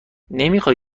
نمیخای